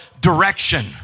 direction